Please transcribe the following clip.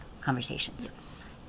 conversations